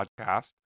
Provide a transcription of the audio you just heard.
Podcast